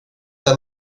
det